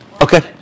Okay